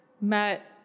met